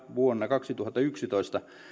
vuonna kaksituhattayksitoista